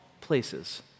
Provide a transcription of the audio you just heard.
places